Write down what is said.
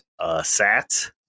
Sats